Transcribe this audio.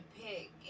pick